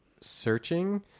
searching